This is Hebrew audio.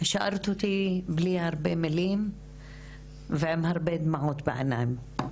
השארת אותי בלי הרבה מילים ועם הרבה דמעות בעיניים.